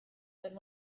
than